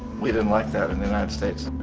we didn't like that in united states.